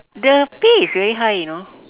the pay is very high you know